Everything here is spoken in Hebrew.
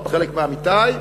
חלק מעמיתי,